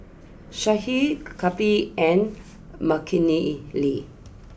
Sudhir Kapil and Makineni